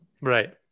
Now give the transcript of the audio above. Right